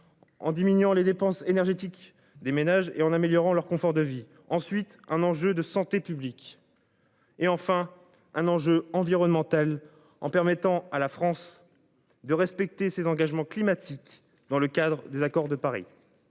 En diminuant les dépenses énergétiques des ménages et en améliorant leur confort de vie ensuite un enjeu de santé publique. Et enfin un enjeu environnemental en permettant à la France de respecter ses engagements climatiques dans le cadre des accords de Paris.